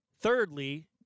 Thirdly